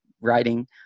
writing